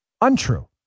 untrue